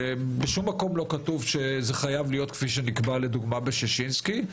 בשום מקום לא כתוב שזה חייב להיות כקביעת ועדת ששינסקי,